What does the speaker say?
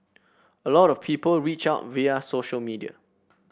a lot of people reach out via social media